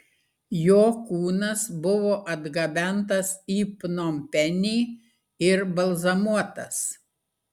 jo kūnas buvo atgabentas į pnompenį ir balzamuotas